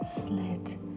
slit